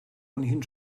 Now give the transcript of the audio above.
ohnehin